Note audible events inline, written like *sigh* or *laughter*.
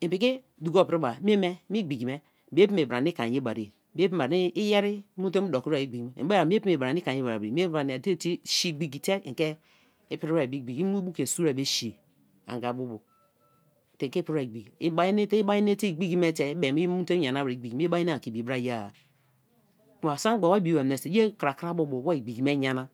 En piki duko priba, mieime me igbi kime. mie bem bem bra ani ke a ye barie, mie bem bem ani. iyer mu te doki wer igbiki me. en bea mie bem bra *unintelligible* shei igbiki te ipir wer be igbiki. imu i bu ke sun wer be shei anga bu bu te ke ipri wer be igbiki, i bai nete igbiki me te i bei i mu te nyana wia ta igbiki i mai nete ake ibi bra ye-a. kma sak memgba wa bii bai menso ye wa krakra bu bo wa igbiki me nyana